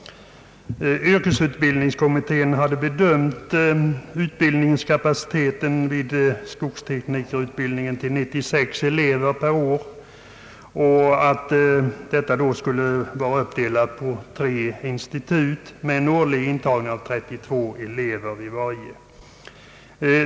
Yrkesutbildningskommittén hade uppskattat utbildningskapaciteten för skogsteknikerutbildningen till 96 elever per år. Man tänkte sig en uppdelning på tre institut med en årlig intagning av 32 elever vid varje skola.